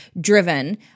driven